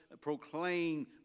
proclaim